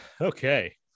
Okay